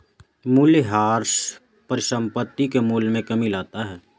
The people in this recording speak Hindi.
मूलयह्रास परिसंपत्ति के मूल्य में कमी लाता है